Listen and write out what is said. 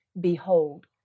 Behold